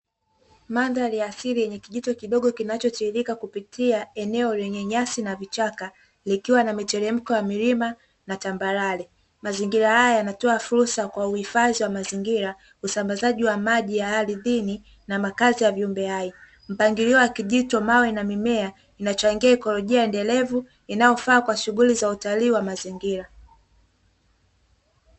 Mandhari ya siri yenye kijito kidogo kinachotiririka kupitia eneo lenye nyasi na vichaka, likiwa na miteremko ya milima na tambarare. Mazingira haya yanatoa fursa kwa uhifadhi wa mazingira, usambazaji wa maji ya ardhini, na makazi ya viumbe hai, mpangilio wa kijito, mawe na mimea inachangia ikolojia endelevu, inayofaa kwa shughuli za utalii wa mazingira.